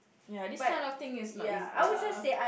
ya this kind of thing is not easy ya